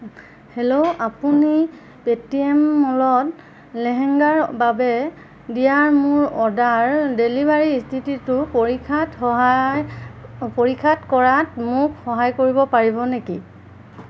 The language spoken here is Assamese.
হেল্ল' আপুনি পেটিএম মলত লেহেঙ্গাৰ বাবে দিয়া মোৰ অৰ্ডাৰ ডেলিভাৰী স্থিতিটো পৰীক্ষা কৰাত মোক সহায় কৰিব পাৰিব নেকি